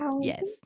Yes